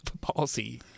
policy